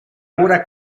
ora